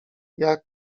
jak